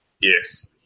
Yes